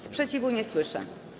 Sprzeciwu nie słyszę.